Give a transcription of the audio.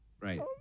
Right